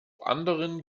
anderen